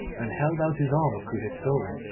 and held out his arms to his soul.